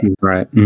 right